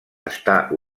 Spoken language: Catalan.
està